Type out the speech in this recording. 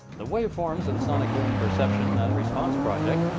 the waveforms and sonic boom perception and response project,